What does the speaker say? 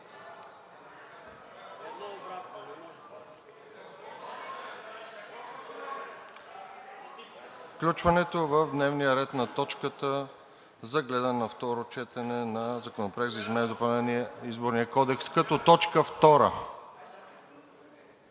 Включването в дневния ред на точката за гледане на второ четене на Законопроекта за изменение и допълнение на Изборния кодекс като точка втора.